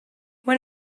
when